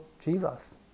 Jesus